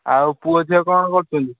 ଆଉ ପୁଅ ଝିଅ କ'ଣ କରୁଛନ୍ତି